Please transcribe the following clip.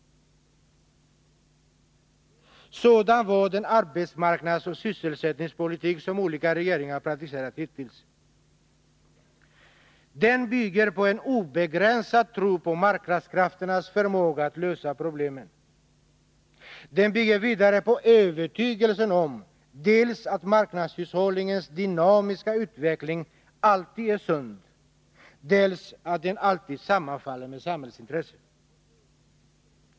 Sådan har den arbetsmarknadsoch sysselsättningspolitik varit som olika regeringar hittills praktiserat. Den bygger på en obegränsad tro på marknadskrafternas förmåga att lösa problemen. Den bygger vidare på övertygelsen dels att marknadshushållningens dynamiska utveckling alltid är sund, dels att den alltid sammanfaller med samhällets intressen.